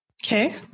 Okay